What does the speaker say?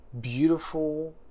beautiful